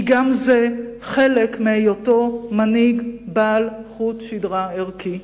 כי גם זה חלק מהיותו מנהיג בעל חוט שדרה ערכי.